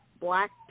black